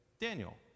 Daniel